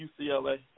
UCLA